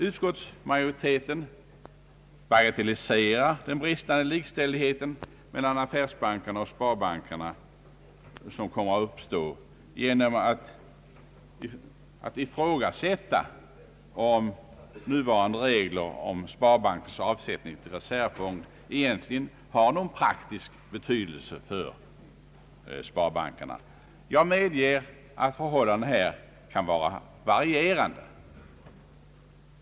Utskottsmajoriteten bagatelliserar den bristande likställigheten mellan affärsbankerna och sparbankerna som kommer att uppstå genom att ifrågasätta om nuvarande regler för sparbankernas avsättning till reservfond egentligen har någon praktisk betydelse för sparbankerna. Jag medger att förhållandena här kan vara varierande.